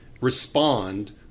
respond